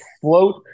float